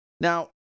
Now